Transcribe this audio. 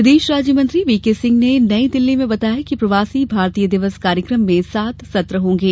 विदेश राज्यनमंत्री V K Singh ने नई दिल्ली में बताया कि प्रवासी भारतीय दिवस कार्यक्रम में सात सत्र होंगे